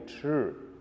true